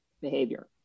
behavior